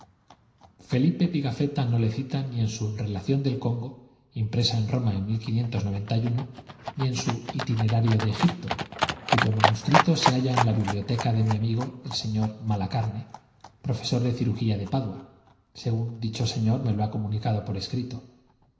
felipe pigafetta no le cita ni en su relación del congo impresa en roma en ni en su itinerario de egipto cuyo manuscrito se halla en la biblioteca de mi amigo el sr malacarne profesor de cirugía en padua según dicho señor me lo ha comunicado por escrito